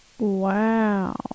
Wow